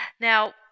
now